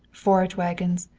forage wagons,